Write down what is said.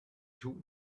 two